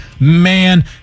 Man